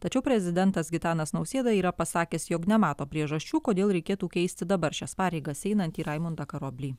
tačiau prezidentas gitanas nausėda yra pasakęs jog nemato priežasčių kodėl reikėtų keisti dabar šias pareigas einantį raimundą karoblį